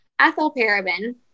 ethylparaben